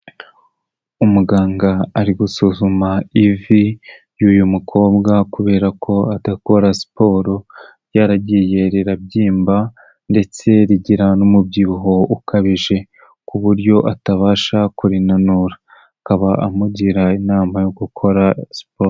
Umuganga ari gusuzuma ivi ry'uyu mukobwa kubera ko adakora siporo ryaragiye rirabyimba ndetse rigira n'umubyibuho ukabije ku buryo atabasha kurinura, akaba amugira inama yo gukora siporo.